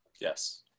Yes